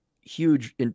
huge –